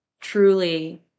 truly